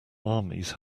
armies